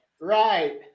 right